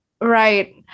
right